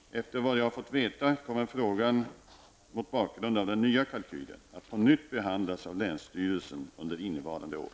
Efter vad jag har fått veta kommer frågan, mot bakgrund av den nya kalkylen, att på nytt behandlas av länsstyrelsen under innevarande år.